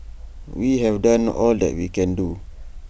we have done all that we can do